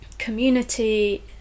community